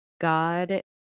God